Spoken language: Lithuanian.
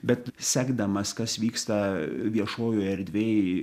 bet sekdamas kas vyksta viešojoj erdvėj